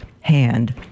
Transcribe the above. Hand